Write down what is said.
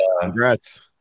congrats